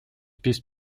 piste